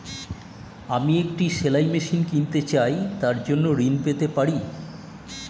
আমি একটি সেলাই মেশিন কিনতে চাই তার জন্য ঋণ পেতে পারি?